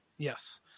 Yes